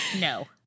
no